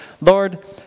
Lord